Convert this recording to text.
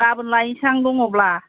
गाबोन लायनोसै आं दङब्ला